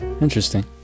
Interesting